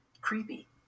creepy